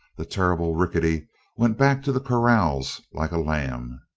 the terrible rickety went back to the corrals like a lamb!